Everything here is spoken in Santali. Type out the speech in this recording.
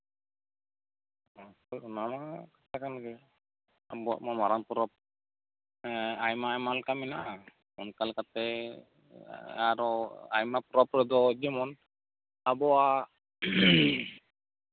ᱚ ᱦᱳᱭ ᱚᱱᱟ ᱢᱟ ᱠᱟᱛᱷᱟ ᱠᱟᱱᱜᱮ ᱟᱵᱚᱣᱟᱜ ᱢᱟ ᱢᱟᱨᱟᱝ ᱯᱚᱨᱚᱵᱽ ᱦᱮᱸ ᱟᱭᱢᱟ ᱟᱭᱢᱟ ᱞᱮᱠᱟ ᱢᱮᱱᱟᱜᱼᱟ ᱚᱱᱠᱟ ᱞᱮᱠᱟᱛᱮ ᱟᱨᱚ ᱟᱭᱢᱟ ᱯᱚᱨᱚᱵᱽ ᱨᱮᱫᱚ ᱡᱮᱢᱚᱱ ᱟᱵᱚᱣᱟᱜ